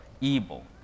evil